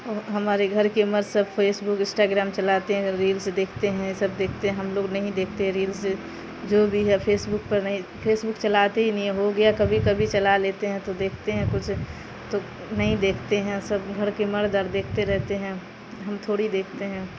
ہمارے گھر کے مرد سب فیس بک انسٹا گرام چلاتے ہیں ریلس دیکھتے ہیں سب دیکھتے ہیں ہم لوگ نہیں دیکھتے ریلس جو بھی ہے فیس بک پر نہیں فیس بک چلاتے ہی نہیں ہو گیا کبھی کبھی چلا لیتے ہیں تو دیکھتے ہیں کچھ تو نہیں دیکھتے ہیں سب گھر کے مرد اور دیکھتے رہتے ہیں ہم تھوڑی دیکھتے ہیں